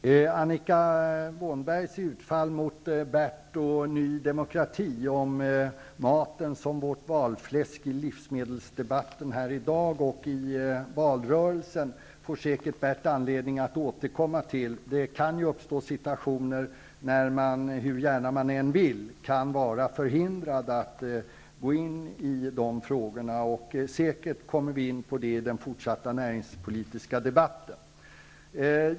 Fru talman! Annika Åhnbergs utfall mot Bert Karlsson och Ny demokrati om maten som vårt valfläsk i livsmedelsdebatten här i dag och i valrörelsen får säkert Bert Karlsson anledning att återkomma till. Det kan ju uppstå situationer när man, hur gärna man än vill, kan vara förhindrad att gå in i dessa frågor. Säkert återkommer vi till detta i den fortsatta näringspolitiska debatten.